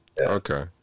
Okay